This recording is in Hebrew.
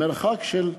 מרחק של,